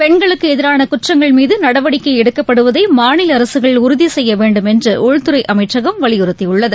பெண்களுக்கு எதிரான குற்றங்கள் மீது நடவடிக்கை எடுக்கப்படுவதை மாநில அரசுகள் உறுதிசெய்யவேண்டும் என்று உள்துறை அமைச்சகம் வலியுறுத்தியுள்ளது